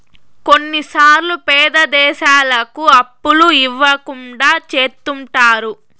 కొన్నిసార్లు పేద దేశాలకు అప్పులు ఇవ్వకుండా చెత్తుంటారు